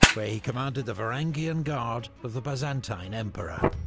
where he commanded the varangian guard of the byzantine emperor.